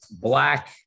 black